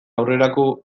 aurrerako